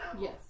Yes